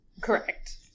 Correct